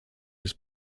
his